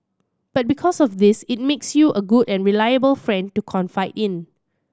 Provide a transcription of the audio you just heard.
but because of this it makes you a good and reliable friend to confide in